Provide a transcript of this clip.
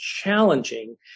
challenging